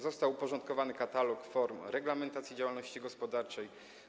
Został uporządkowany katalog form reglamentacji działalności gospodarczej.